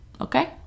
okay